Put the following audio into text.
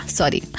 sorry